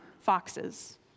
foxes